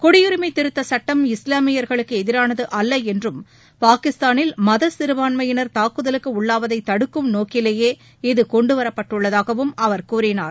குடியுரிமை திருத்தச் சுட்டம் இஸ்வாமியர்களுக்கு எதிரானது அல்ல என்றும் பாகிஸ்தானில் மத சிறுபான்மயினர் தாக்குதலுக்கு உள்ளாவதை தடுக்கும் நோக்கிலேயே இதுகொண்டுவரப்பட்டுள்ளதாகவும் அவர் கூறினார்